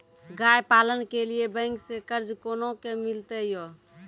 गाय पालन के लिए बैंक से कर्ज कोना के मिलते यो?